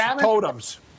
Totems